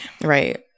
Right